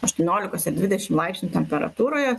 aštuoniolikos ar dvidešimt laipsnių temperatūroje